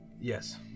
Yes